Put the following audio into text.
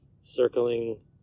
circling